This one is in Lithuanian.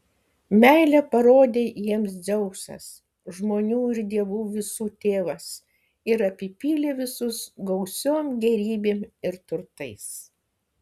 meilę parodė jiems dzeusas žmonių ir dievų visų tėvas ir apipylė visus gausiom gėrybėm ir turtais